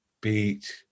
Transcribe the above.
beat